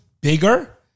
bigger